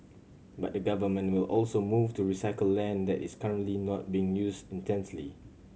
but the Government will also move to recycle land that is currently not being used intensely